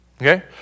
Okay